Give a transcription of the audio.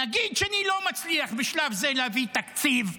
נגיד שאני לא מצליח בשלב זה להביא תקציב בשבוע,